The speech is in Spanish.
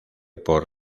por